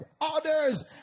Others